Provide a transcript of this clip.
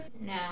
No